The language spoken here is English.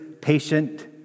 patient